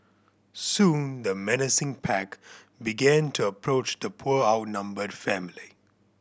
soon the menacing pack began to approach the poor outnumbered family